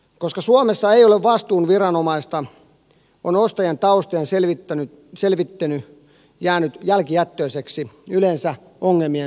koska suomessa ei ole vastuuviranomaista on ostajan taustojen selvittely jäänyt jälkijättöiseksi yleensä ongelmien synnyttyä